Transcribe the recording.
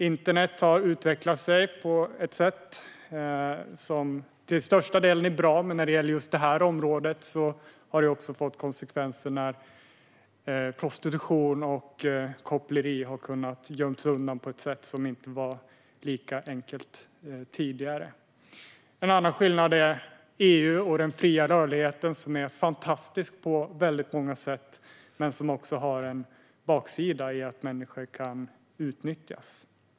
Internet har utvecklats på ett sätt som till största delen är bra, men när det gäller just detta område har det fått konsekvenser i och med att prostitution och koppleri har kunnat gömmas undan på ett sätt som inte var lika enkelt tidigare. En annan skillnad är EU och den fria rörligheten, som är fantastisk på väldigt många sätt men också har en baksida: Människor kan utnyttjas.